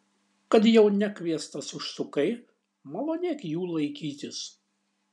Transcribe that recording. kad jau nekviestas užsukai malonėk jų laikytis